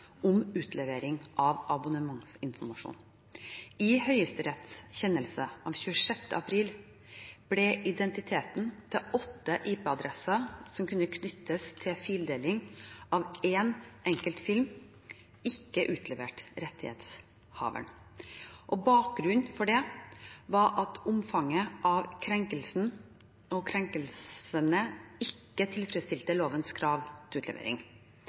om utlevering av abonnementsinformasjon. I Høyesteretts kjennelse av 26. april ble identiteten til åtte IP-adresser som kunne knyttes til fildeling av én enkelt film, ikke utlevert rettighetshaveren. Bakgrunnen for det var at omfanget av krenkelsen og krenkelsene ikke tilfredsstilte lovens krav til utlevering.